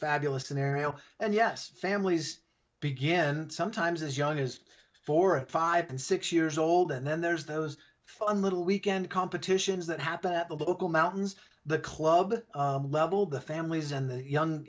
fabulous scenario and yes families begin sometimes as young as four five and six years old and then there's those fun little weekend competitions that happen at the local mountains the club level the families and the